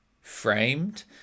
framed